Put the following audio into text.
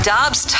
Dobbs